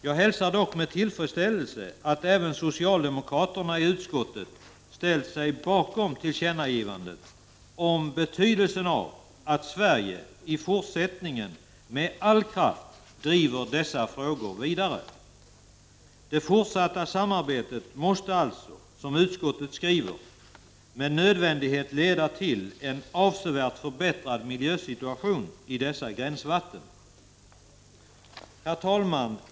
Jag hälsar dock med tillfredsställelse att även socialdemokraterna i utskottet ställt sig bakom tillkännagivandet om betydelsen av att Sverige i fortsättningen med all kraft driver dessa frågor vidare. Det fortsatta samarbetet måste alltså, som utskottet skriver, ”med nödvändighet leda till en avsevärt förbättrad miljösituation i dessa gränsvatten”. Herr talman!